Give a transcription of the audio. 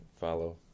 follow